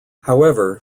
however